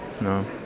No